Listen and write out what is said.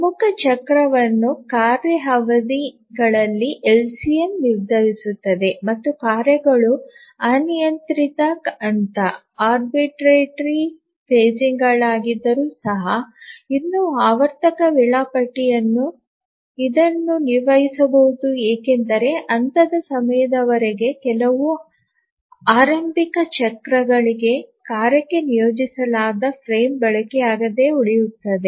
ಪ್ರಮುಖ ಚಕ್ರವನ್ನು ಕಾರ್ಯ ಅವಧಿಗಳ ಎಲ್ಸಿಎಂ ನಿರ್ಧರಿಸುತ್ತದೆ ಮತ್ತು ಕಾರ್ಯಗಳು ಅನಿಯಂತ್ರಿತ ಹಂತಗಳಾಗಿದ್ದರೂ ಸಹ ಇನ್ನೂ ಆವರ್ತಕ ವೇಳಾಪಟ್ಟಿಯನ್ನು ಇದನ್ನು ನಿರ್ವಹಿಸಬಹುದು ಏಕೆಂದರೆ ಹಂತದ ಸಮಯದವರೆಗೆ ಕೆಲವು ಆರಂಭಿಕ ಚಕ್ರಗಳಿಗೆ ಕಾರ್ಯಕ್ಕೆ ನಿಯೋಜಿಸಲಾದ ಫ್ರೇಮ್ ಬಳಕೆಯಾಗದೆ ಉಳಿಯುತ್ತದೆ